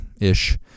ish